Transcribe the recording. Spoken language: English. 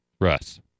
Russ